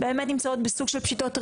באמת נמצאות בסוג של פשיטות רגל,